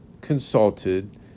consulted